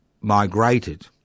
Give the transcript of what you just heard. migrated